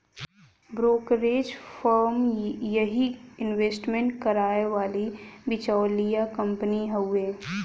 brokerage firm यही investment कराए वाली बिचौलिया कंपनी हउवे